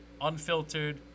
unfiltered